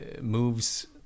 moves